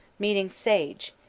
meaning sage,